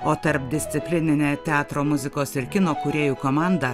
o tarpdisciplininė teatro muzikos ir kino kūrėjų komanda